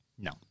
No